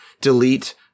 delete